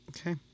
Okay